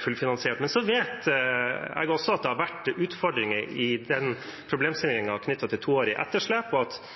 fullfinansiert. Men jeg vet også at det har vært utfordringer i problemstillingen knyttet til toårig etterslep, og at